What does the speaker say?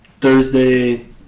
Thursday